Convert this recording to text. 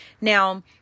Now